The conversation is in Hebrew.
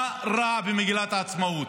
מה רע במגילת העצמאות?